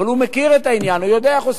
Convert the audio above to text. אבל הוא מכיר את העניין, הוא יודע איך עושים.